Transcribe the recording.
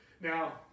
Now